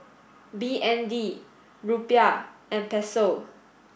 B N D Rupiah and Peso